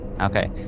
Okay